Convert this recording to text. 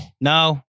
No